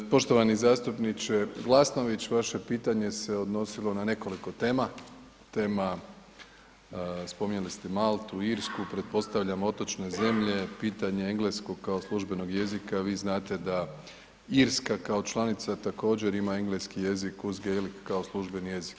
Poštovani zastupniče Glasnović, vaše pitanje se odnosilo na nekoliko tema, tema, spominjali ste Maltu, Irsku, pretpostavljam otočne zemlje, pitanje engleskog kao službenog jezika, vi znate da Irska kao članica također ima engleski jezik uz gaeli kao službeni jezik.